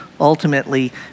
ultimately